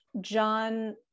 John